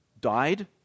died